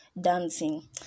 dancing